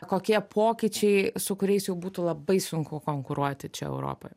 kokie pokyčiai su kuriais jau būtų labai sunku konkuruoti čia europoj